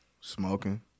Smoking